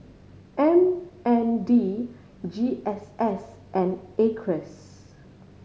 M N D G S S and Acres